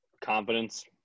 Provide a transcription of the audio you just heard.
Confidence